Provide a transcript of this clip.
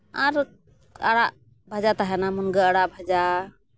ᱟᱨᱚ ᱟᱲᱟᱜ ᱵᱷᱟᱡᱟ ᱛᱟᱦᱮᱱᱟ ᱢᱩᱱᱜᱟᱹ ᱟᱲᱟᱜ ᱵᱷᱟᱡᱟ